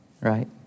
right